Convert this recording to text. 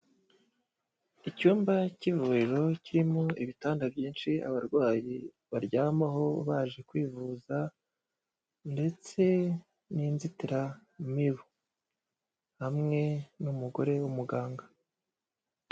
Icyumba cy'ivuriro kirimo ibitanda byinshi abarwayi baryamaho baje kwivuza, ndetse n'inzitiramibu, hamwe n'umugore w'umuganga.